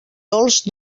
dolç